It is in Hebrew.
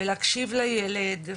ולהקשיב לילד.